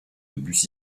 bussy